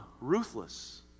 ruthless